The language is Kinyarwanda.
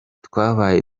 twabaye